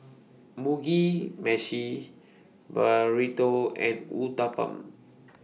Mugi Meshi Burrito and Uthapam